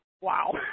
wow